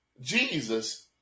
Jesus